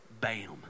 bam